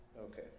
Okay